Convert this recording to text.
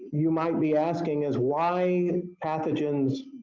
you might be asking is why pathogens,